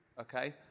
okay